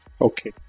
okay